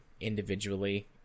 individually